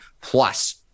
plus